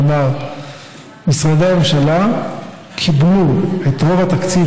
כלומר משרדי הממשלה קיבלו את רוב התקציב